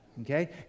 Okay